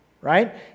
right